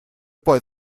poi